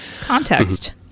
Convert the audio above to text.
context